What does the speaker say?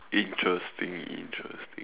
interesting interesting